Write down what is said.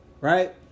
right